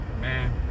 man